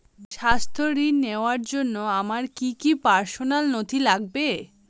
স্বাস্থ্য ঋণ নেওয়ার জন্য আমার কি কি পার্সোনাল নথি লাগবে?